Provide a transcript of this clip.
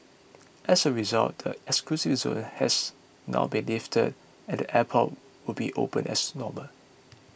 as a result the exclusion zone has now been lifted and the airport will be open as normal